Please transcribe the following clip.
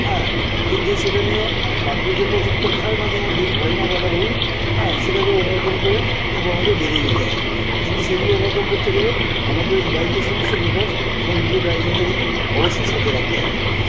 হ্যাঁ কিন্তু সেটা নিয়েও বাদ বিধান রাচুটা হয় মাঝে মধ্যেই হয় না বলা ভুল হ্যাঁ সেটাকে ওভারকম করে তবু আমাদের বেরিয়ে যেতে হয় কিন্তু সেইগুলো ওভারকাম করতে গেলে আমাকে ওই বাইকের সমস্ত ব্যাপার এবং নিজের লাইসেন্সটা কিন্তু অবশ্যই সাথে রাখতে হয়